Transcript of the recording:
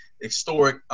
historic